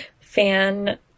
fan